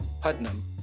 Putnam